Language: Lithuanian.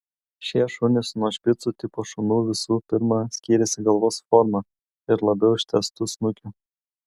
šie šunys nuo špicų tipo šunų visų pirma skyrėsi galvos forma ir labiau ištęstu snukiu